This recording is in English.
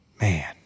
man